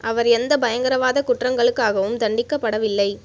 அவர் எந்த பயங்கரவாத குற்றங்களுக்காகவும் தண்டிக்கப்படவில்லை